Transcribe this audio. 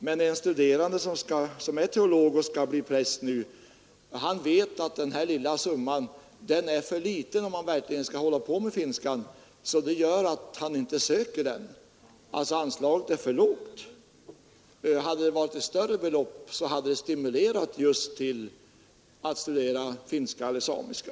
Men en studerande som är teolog och skall bli Nr 55 präst nu vet att den här lilla summan är för låg om han verkligen skall Onsdagen den hålla på med finskan, och det gör att han inte söker stipendiet. 28 mars 1973 Anslaget är alltså för lågt. Om det varit ett större belopp hade det stimulerat just till att studera finska eller samiska.